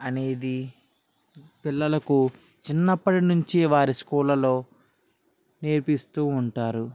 అనేది పిల్లలకు చిన్నప్పటి నుంచి వారి స్కూళ్ళలో నేర్పిస్తూ ఉంటారు